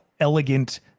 elegant